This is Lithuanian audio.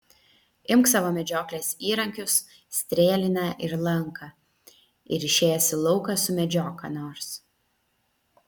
imk savo medžioklės įrankius strėlinę ir lanką ir išėjęs į lauką sumedžiok ką nors